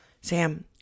Sam